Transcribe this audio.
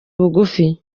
bugufi